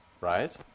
Right